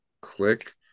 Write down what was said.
click